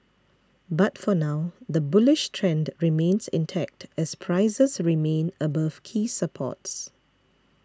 but for now the bullish trend remains intact as prices remain above key supports